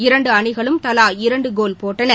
இரண்டு அணிகளும் தலா இரண்டு கோல் போட்டன